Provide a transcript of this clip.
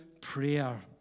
prayer